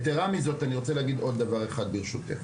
יתרה מזאת אני רוצה להגיד עוד דבר אחד ברשותך.